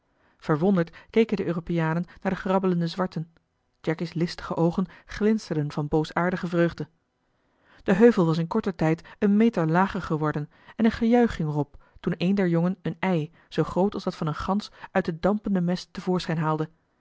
verwonderd keken de europeanen naar de grabbelende zwarten jacky's listige oogen glinsterden van boosaardige vreugde de heuvel was in korten tijd een meter lager geworden en een gejuich ging er op toen een der jongens een ei zoo groot als dat van eene gans uit de dampende mest te voorschijn haalde